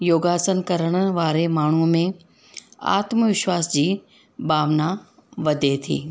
योगासन करणु वारे माण्हूअ में आत्म विश्वास जी भावना वधे थी